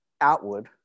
outward